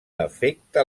efecte